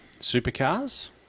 supercars